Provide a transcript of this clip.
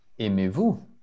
Aimez-vous